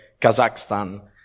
Kazakhstan